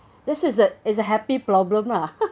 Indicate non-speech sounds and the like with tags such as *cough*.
this is a is a happy problem lah *laughs*